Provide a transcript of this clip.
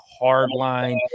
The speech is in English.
hardline